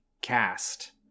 cast